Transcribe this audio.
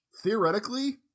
theoretically